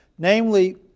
Namely